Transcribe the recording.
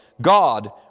God